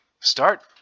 Start